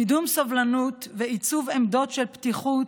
קידום סובלנות ועיצוב עמדות של פתיחות,